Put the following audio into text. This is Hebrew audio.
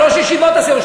שלוש ישיבות עשינו,